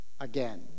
again